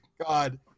God